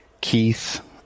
Keith